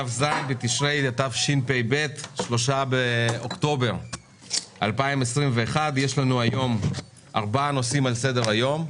כ"ז בתשרי התשפ"ב 3 באוקטובר 2021. יש לנו היום ארבעה נושאים על סדר היום.